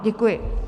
Děkuji.